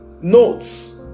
notes